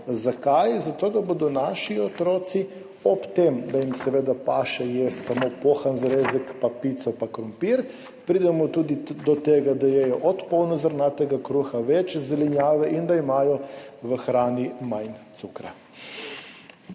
Zakaj? Zato da bodo naši otroci ob tem, da jim seveda paše jesti samo pohan zrezek, pa pico pa krompir, prišli tudi do tega, da jedo polnozrnat kruh, več zelenjave in da imajo v hrani manj cukra.